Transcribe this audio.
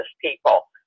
people